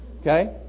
Okay